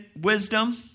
wisdom